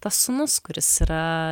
tas sūnus kuris yra